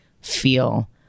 feel